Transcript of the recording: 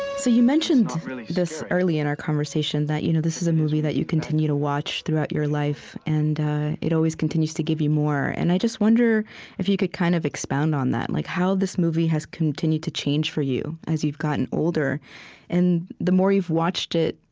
so you mentioned this, early in our conversation, that you know this is a movie that you continue to watch, throughout your life, and it always continues to give you more. and i just wonder if you could kind of expand on that like how this movie has continued to change for you as you've gotten older and the more you've watched it,